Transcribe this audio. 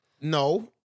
No